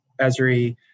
ESRI